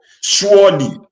Surely